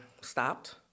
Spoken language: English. stopped